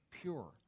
pure